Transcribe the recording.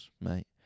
mate